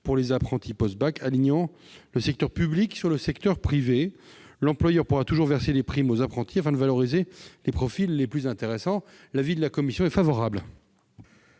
pour les apprentis post-bac, alignant le secteur public sur le secteur privé. L'employeur pourra toujours verser des primes aux apprentis afin de valoriser les profils les plus intéressants. L'avis de la commission est favorable.